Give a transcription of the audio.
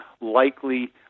likely